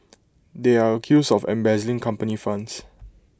they are accused of embezzling company funds